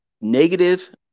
negative